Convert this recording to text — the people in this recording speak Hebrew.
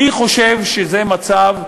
אני חושב שזה מצב מביש.